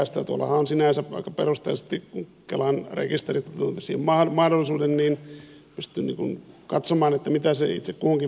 tuollahan sinänsä aika perusteellisesti kun kelan rekisterit antavat siihen mahdollisuuden pystyy katsomaan mitä se itse kuhunkin vaikuttaa